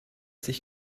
sich